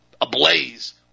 ablaze